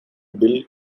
bill